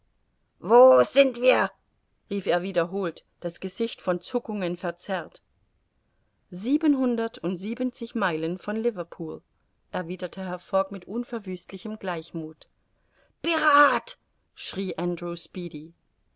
wo sind wir rief er wiederholt das gesicht von zuckungen verzerrt siebenhundertundsiebenzig meilen von liverpool erwiderte herr fogg mit unverwüstlichem gleichmuth pirat schrie